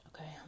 Okay